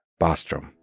Bostrom